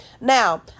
Now